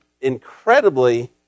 incredibly